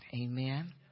Amen